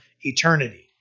eternity